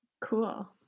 Cool